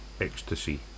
ecstasy